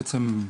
בעצם,